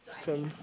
fam